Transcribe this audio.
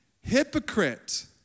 Hypocrite